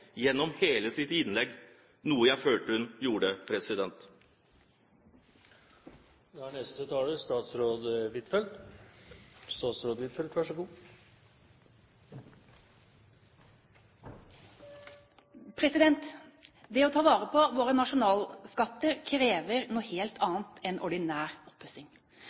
gjennom hele sitt innlegg – noe jeg følte hun gjorde. Det å ta vare på våre nasjonalskatter krever noe helt annet enn ordinær oppussing. Derfor er det slik at dersom vi skal ha våre nasjonalskatter i det gamle Nasjonalgalleriet, krever det helt